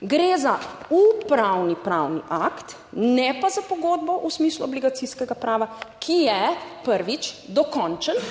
Gre za upravno pravni akt, ne pa za pogodbo v smislu obligacijskega prava, ki je prvič, dokončen